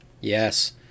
Yes